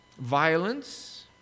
Violence